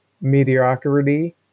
mediocrity